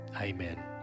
Amen